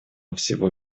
всего